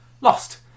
lost